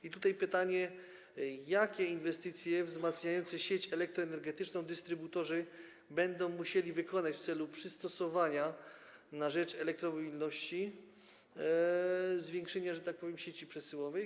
I tutaj pytanie: Jakie inwestycje wzmacniające sieć elektroenergetyczną dystrybutorzy będą musieli wykonać w celu przystosowania na rzecz elektromobilności, zwiększenia, że tak powiem, sieci przesyłowych?